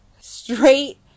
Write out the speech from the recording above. Straight